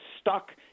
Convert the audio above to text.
stuck